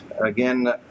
Again